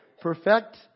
perfect